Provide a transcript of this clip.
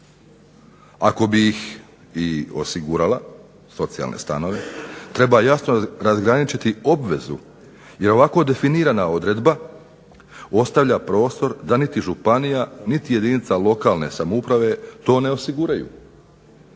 Ako bi ih i osigurala, socijalne stanove treba jasno razgraničiti obvezu. Jer ovako definirana odredba ostavlja prostor da niti županija niti jedinica lokalne samouprave to ne osiguraju.